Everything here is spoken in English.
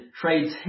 trades